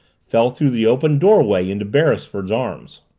fell through the open doorway into beresford's arms.